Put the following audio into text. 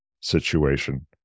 situation